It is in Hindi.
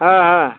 हाँ हाँ